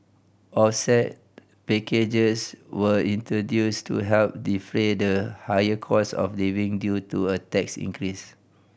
offset packages were introduced to help defray the higher cost of living due to a tax increase